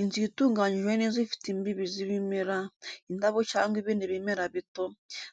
Inzira itunganyijwe neza ifite imbibi z'ibimera, indabo cyangwa ibindi bimera bito,